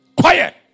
Quiet